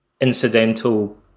incidental